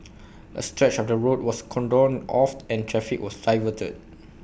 A stretch of the road was cordoned off and traffic was diverted